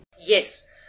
yes